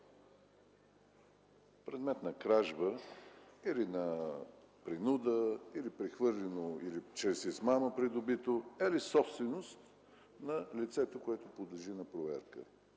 предмет на кражба или на принуда, или прехвърлено, или придобито чрез измама собственост на лицето, което подлежи на проверка?